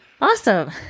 Awesome